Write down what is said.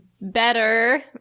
better